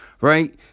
right